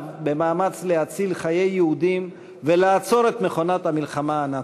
במאמץ להציל חיי יהודים ולעצור את מכונת המלחמה הנאצית.